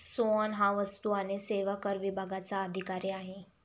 सोहन हा वस्तू आणि सेवा कर विभागाचा अधिकारी आहे